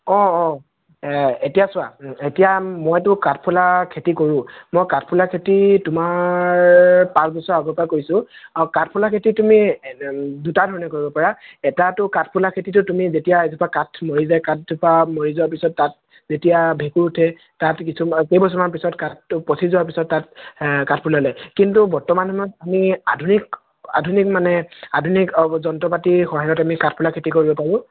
অঁ অঁ এতিয়া চোৱা এতিয়া মইতো কাঠফুলা খেতি কৰোঁ মই কাঠফুলা খেতি তোমাৰ পাঁচ বছৰ আগৰ পৰা কৰিছোঁ আৰু কাঠফুলা খেতি তুমি দুটা ধৰণে কৰিব পাৰা এটাতো কাঠফুলা খেতিটো যেতিয়া এজোপা কাঠ মৰি যায় কাঠজোপা মৰি যোৱা পিছত তাত যেতিয়া ভেঁকুৰ উঠে তাত কিছুমান কেইবছৰমান পিছত কাঠটো পচি যোৱা পিছত তাত কাঠফুলা ওলায় কিন্তু বৰ্তমান সময়ত আমি আধুনিক আধুনিক মানে আধুনিক আধুনিক যন্ত্ৰ পাতিৰ সহায়ত আমি কাঠফুলা খেতি কৰিব পাৰোঁ